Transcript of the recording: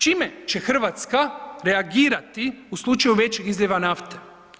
Čime će Hrvatska reagirati u slučaju većih izljeva nafte?